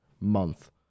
month